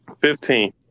Fifteen